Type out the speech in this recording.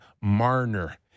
Marner